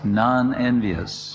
non-envious